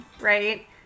right